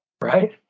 Right